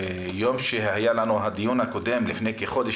לפני הדיון הקודם שהיה לפני כחודש,